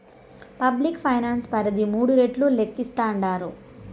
public finance పరిధి మూడు రెట్లు లేక్కేస్తాండారు